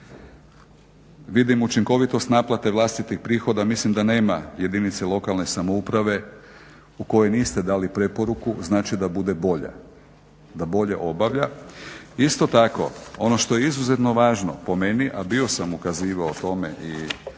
Vidim učinkovitost naplate vlastitih prihoda. Mislim da nema jedinice lokalne samouprave u kojoj niste dali preporuku, znači da bude bolja, da bolje obavlja. Isto tako ono što je izuzetno važno po meni a bio sam ukazivao u tome i